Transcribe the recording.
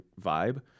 vibe